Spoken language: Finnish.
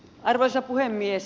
arvoisa puhemies